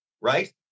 right